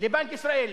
לבנק ישראל.